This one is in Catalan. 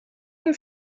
hem